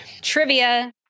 Trivia